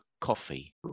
coffee